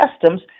customs